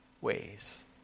ways